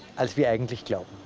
as being to kill